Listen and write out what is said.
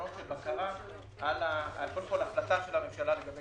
מנגנון בקרה על ההחלטה של הממשלה לגבי